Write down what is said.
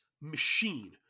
machine